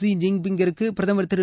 ஜீ ஜின் பிங்கிற்கு பிரதமர் திரு